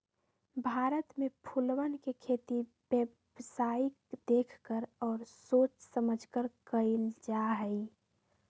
भारत में फूलवन के खेती व्यावसायिक देख कर और सोच समझकर कइल जाहई